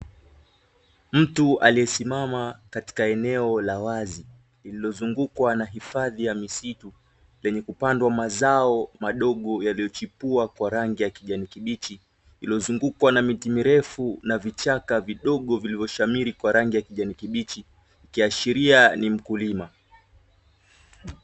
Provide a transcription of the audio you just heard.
tu aliyesimama katika eneo la wazi lililozungukwa na hifadhi ya misitu, penye kupandwa mazao madogo yaliyochipua kwa rangi ya kijani kibichi, iliyozungukwa na miti mirefu na vichaka vidogo vilivyoshamiri kwa rangi ya kijani kibichi ikiashiria ni mkulima.